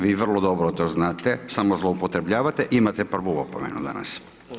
Vi vrlo dobro to znate, samo zloupotrebljavate, imate prvu opomenu danas.